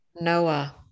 Noah